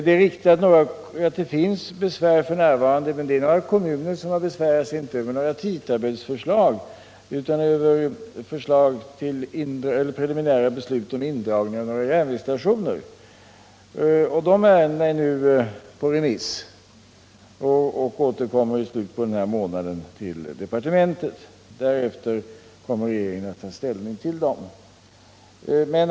Det är riktigt att det föreligger besvär f. n., men det är några kommuner som har besvärat sig, och inte över några tidtabellsförslag, utan över preliminära förslag till beslut om indragning av järnvägsstationer. De ärendena är nu ute på remiss och återkommer i slutet på denna månad till departementet. Därefter kommer regeringen att ta ställning till förslagen.